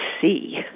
see